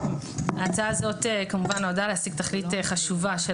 ההצעה הזאת כמובן נועדה להשיג תכלית חשובה של